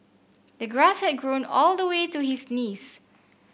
the grass had grown all the way to his knees